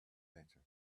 better